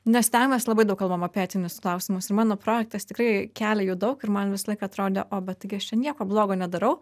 nes ten mes labai daug kalbam apie etinius klausimus ir mano projektas tikrai kelia jų daug ir man visą laiką atrodė o bet taigi aš čia nieko blogo nedarau